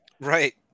Right